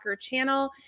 channel